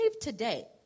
today